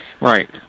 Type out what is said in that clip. Right